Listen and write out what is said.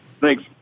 Thanks